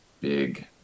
big